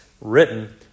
written